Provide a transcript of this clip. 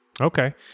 Okay